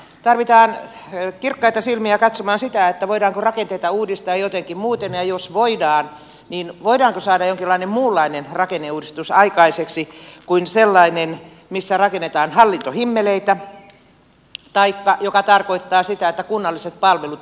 tarvitaan kirkkaita silmiä katsomaan sitä voidaanko rakenteita uudistaa jotenkin muuten ja jos voidaan voidaanko saada jonkinlainen muunlainen rakenneuudistus aikaiseksi kuin sellainen missä rakennetaan hallintohimmeleitä taikka joka tarkoittaa sitä että kunnalliset palvelut yksityistetään